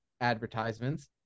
advertisements